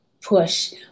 push